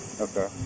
Okay